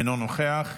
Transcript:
אינו נוכח,